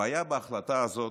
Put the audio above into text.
הבעיה בהחלטה הזאת,